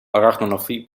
arachnofobie